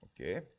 Okay